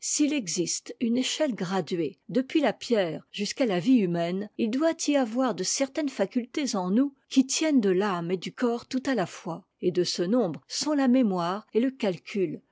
s'il existe une échelle graduée depuis la pierre jusqu'à la vie humaine il doit y avoir de certaines facultés en nous qui tiennent de l'âme et du corps tout à a fois et de ce nombre sont la mémoire et le calcul